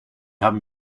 haben